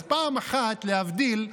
אז פעם אחת, להבדיל,